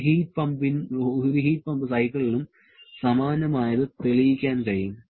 ഒരു heat pump സൈക്കിളിനും സമാനമായത് തെളിയിക്കാൻ കഴിയും